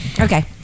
Okay